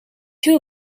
two